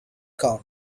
count